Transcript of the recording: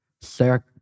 Sarah